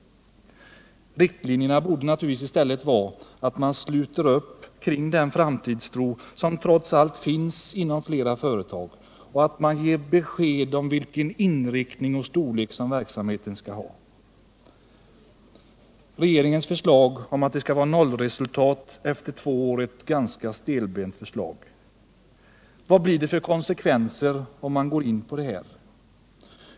Riktlinjerna borde i stället vara att man sluter upp kring den framtidstro som trots allt finns inom flera företag och att man ger besked om vilken inriktning och storlek verksamheten skall ha. Regeringens förslag att det skall vara nollresultat inom två år är ganska stelbent. Vilka konsekvenser skulle det få?